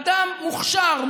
אדם מוכשר,